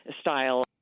style